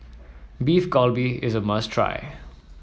Beef Galbi is a must try